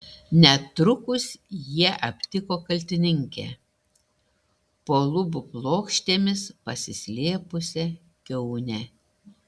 netrukus jie aptiko kaltininkę po lubų plokštėmis pasislėpusią kiaunę